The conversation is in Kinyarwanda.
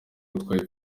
utwaye